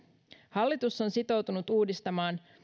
hallitus on sitoutunut uudistamaan